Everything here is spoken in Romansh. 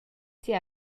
sia